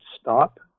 stop